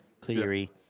Cleary